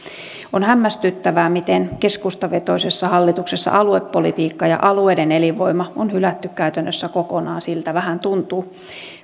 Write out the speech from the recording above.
on hämmästyttävää miten keskustavetoisessa hallituksessa aluepolitiikka ja alueiden elinvoima on hylätty käytännössä kokonaan siltä vähän tuntuu